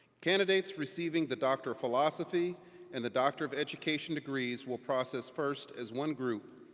candidates receiving the doctor of philosophy and the doctor of education degrees will process first as one group,